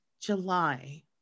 july